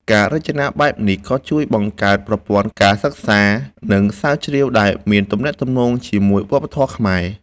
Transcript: ការរចនាបែបនេះក៏ជួយបង្កើតប្រព័ន្ធការសិក្សា និងស្រាវជ្រាវដែលមានទំនាក់ទំនងជាមួយវប្បធម៌ខ្មែរ